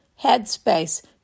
Headspace